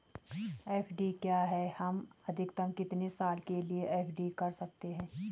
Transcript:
FD क्या है हम अधिकतम कितने साल के लिए एफ.डी कर सकते हैं?